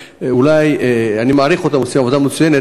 אני מעריך אותם והם עושים עבודה מצוינת,